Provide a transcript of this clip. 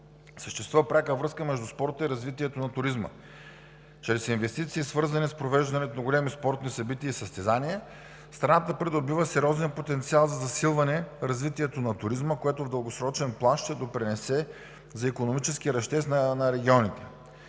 Съществува пряка връзка между спорта и развитието на туризма. Чрез инвестиции, свързани с провеждането на големи спортни събития и състезания, страната придобива сериозен потенциал за засилване развитието на туризма, което в дългосрочен план ще допринесе за икономическия растеж на регионите.